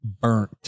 burnt